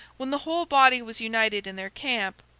when the whole body was united in their camp,